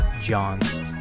Johns